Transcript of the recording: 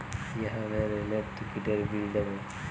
কিভাবে রেলের টিকিটের বিল দেবো?